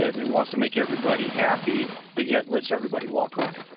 they wants to make everybody happy but yet lets everybody walk on him,